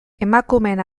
emakumeen